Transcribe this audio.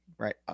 Right